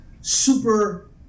super –